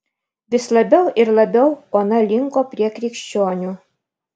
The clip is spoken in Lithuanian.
vis labiau ir labiau ona linko prie krikščionių